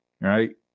right